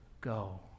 go